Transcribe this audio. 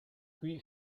qui